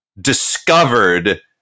discovered